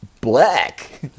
Black